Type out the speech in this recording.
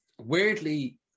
Weirdly